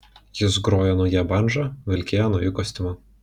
jis grojo nauja bandža vilkėjo nauju kostiumu